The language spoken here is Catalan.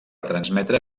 transmetre